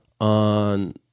on